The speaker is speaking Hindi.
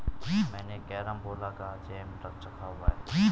मैंने कैरमबोला का जैम चखा हुआ है